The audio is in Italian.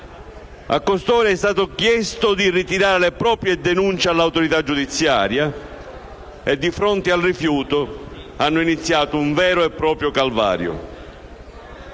A costoro è stato chiesto di ritirare le proprie denunce all'autorità giudiziaria e, di fronte al rifiuto, hanno iniziato un vero e proprio calvario.